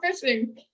fishing